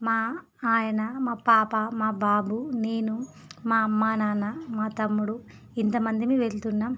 మా ఆయన మా పాప మా బాబు నేను మా అమ్మ నాన్న మా తమ్ముడు ఇంతమంది వెళ్తున్నాం